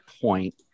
point